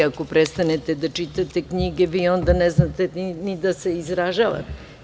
Ako prestanete da čitate knjige vi onda ne znate ni da se izražavate.